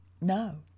no